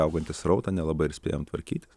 augantį srautą nelabai ir spėjam tvarkytis